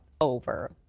over